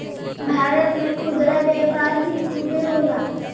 भारत में खुदरा व्यापार भी खूबे होला